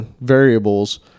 variables